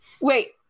Wait